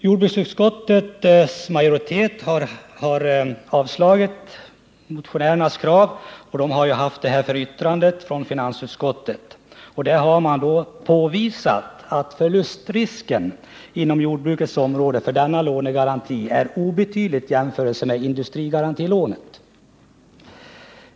Jordbruksutskottet har till finansutskottet yttrat sig över motionerna. Jordbruksutskottets majoritet har därvid avstyrkt motionärernas krav och påvisat att förlustrisken inom jordbrukets område för denna lånegaranti är obetydlig i jämförelse med vad som är fallet vid industrigarantilån.